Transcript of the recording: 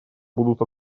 будут